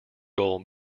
goal